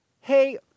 Hey